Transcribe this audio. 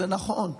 זה נכון,